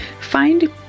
Find